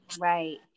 Right